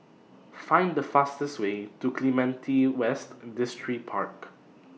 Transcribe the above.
Find The fastest Way to Clementi West Distripark